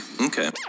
Okay